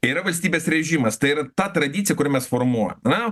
yra valstybės režimas tai yra ta tradicija kurią mes formuojam na